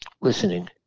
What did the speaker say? listening